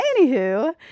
Anywho